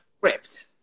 script